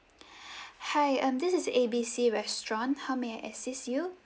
hi um this is A B C restaurant how may I assist you